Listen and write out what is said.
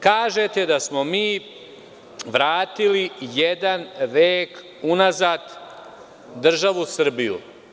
Kažete da smo mi vratili jedan vek unazad državu Srbiju.